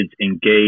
engaged